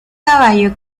caballo